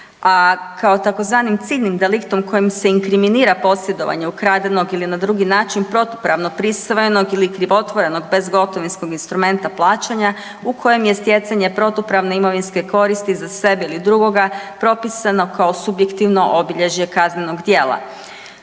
kao tzv. ciljnim deliktom kojim se inkriminira posjedovanje ukradenog ili na drugi način protupravnog prisvojenog ili krivotvorenog bezgotovinskog instrumenta plaćanja u kojem je stjecanje protupravne imovinske koristi za sebe ili drugoga propisano kao subjektivno obilježje kaznenog djela.